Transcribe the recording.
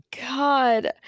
God